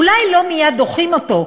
אולי לא מייד דוחים אותו,